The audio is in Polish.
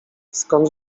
skąd